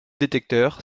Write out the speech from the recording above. détecteurs